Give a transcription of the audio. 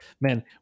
man